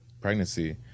pregnancy